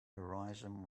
horizon